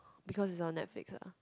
because is on Netflix ah